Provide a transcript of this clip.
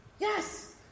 Yes